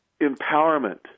empowerment